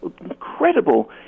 incredible